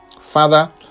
Father